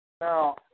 Now